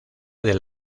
del